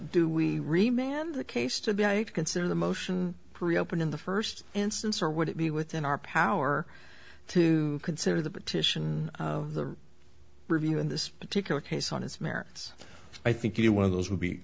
on the case to be i consider the motion pre open in the first instance or would it be within our power to consider the petition of the review in this particular case on its merits i think it one of those would be